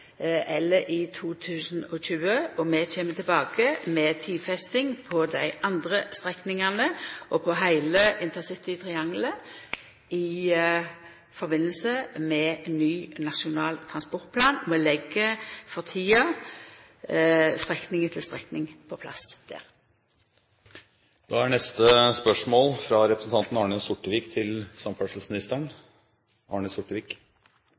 eller i 2020. Vi vil koma tilbake med tidfesting på dei andre strekningane og på heile intercitytrianglet i samband med ny nasjonal transportplan. Vi legg for tida strekning etter strekning på plass der. Spørsmålet lyder: «Gjennom flere skriftlige spørsmål